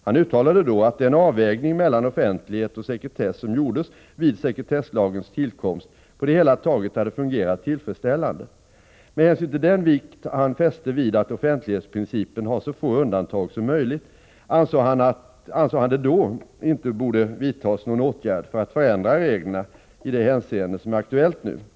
Han uttalade då att den avvägning mellan offentlighet och sekretess som gjordes vid sekretesslagens tillkomst på det hela taget hade fungerat tillfredsställande. Med hänsyn till den vikt han fäste vid att offentlighetsprincipen har så få undantag som möjligt, ansåg han att det då inte borde vidtas någon åtgärd för att förändra reglerna i det hänseende som är aktuellt nu.